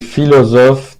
philosophes